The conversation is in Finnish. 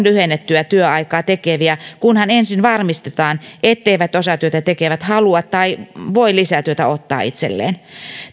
lyhennettyä työaikaa tekeviä kunhan ensin varmistetaan etteivät osatyötä tekevät halua tai voi lisätyötä ottaa itselleen